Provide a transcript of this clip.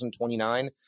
2029